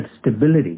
stability